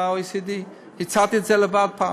ל-OECD, הצעתי את זה לבד פעם,